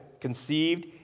conceived